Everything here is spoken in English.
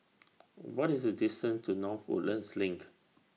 What IS The distance to North Woodlands LINK